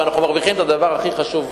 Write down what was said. ואנחנו מרוויחים את הדבר הכי חשוב,